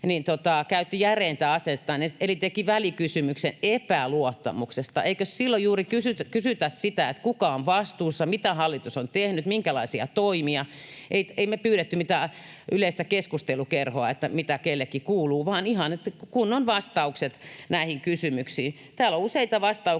käytti järeintä asettaan eli teki välikysymyksen epäluottamuksesta. Eikös silloin juuri kysytä sitä, kuka on vastuussa, mitä hallitus on tehnyt, minkälaisia toimia? Ei me pyydetty mitään yleistä keskustelukerhoa, että mitä kellekin kuuluu, vaan ihan kunnon vastaukset näihin kysymyksiin. Täällä on useita kysymyksiä,